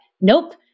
nope